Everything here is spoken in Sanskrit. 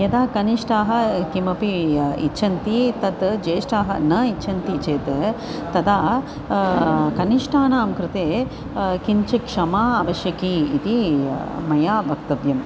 यदा कनिष्ठाः किमपि इच्छन्ति तत् ज्येष्ठाः न इच्छन्ति चेत् तदा कनिष्ठानां कृते किञ्चित् क्षमा आवश्यकी इति मया वक्तव्यम्